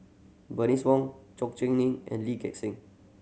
Bernice Wong Chor Eng and Lee Gek Seng